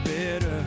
better